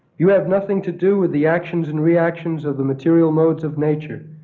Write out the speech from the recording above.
you have nothing to do with the actions and reaction of the material modes of nature.